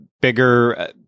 bigger